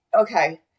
Okay